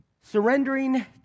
Surrendering